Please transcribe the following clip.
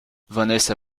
vanessa